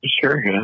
Sure